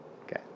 Okay